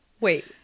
Wait